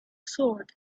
sword